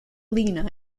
lena